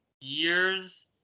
years